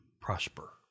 prosper